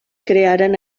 crearen